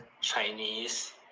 Chinese